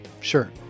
Sure